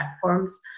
platforms